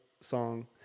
song